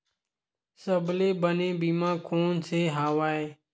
सबले बने बीमा कोन से हवय?